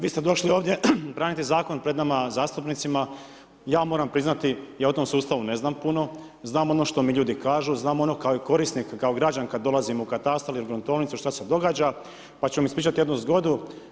Vi ste došli ovdje braniti zakon pred nama zastupnicima, ja moram priznati, ja o tom sustavu ne znam puno, znam ono što mi ljudi kažu, znamo kao i korisnik, kao građanin kad dolazim u katastar ili gruntovnicu šta se događa pa ću vam ispričati jednu zgodu.